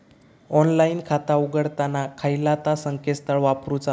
Online खाता उघडताना खयला ता संकेतस्थळ वापरूचा?